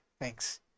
thanks